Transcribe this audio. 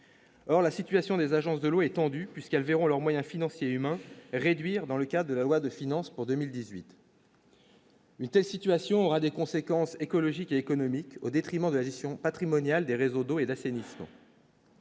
Or la situation des agences de l'eau étendu puisqu'elles verront leurs moyens financiers et humains réduire dans le cas de la loi de finances pour 2018. Une telle situation, aura des conséquences écologiques et économiques au détriment de la gestion patrimoniale des réseaux d'eau et d'assainissement.